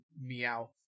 meow